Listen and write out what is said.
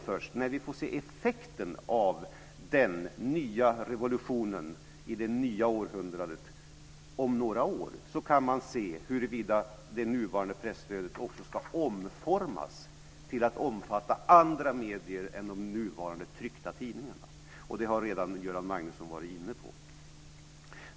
Först när vi får se effekten av den nya revolutionen i det nya århundradet kan vi se huruvida det nuvarande presstödet ska omformas till att omfatta andra medier än de nuvarande tryckta tidningarna. Det har Göran Magnusson redan varit inne på.